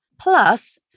Plus